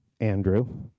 Andrew